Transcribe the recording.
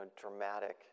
dramatic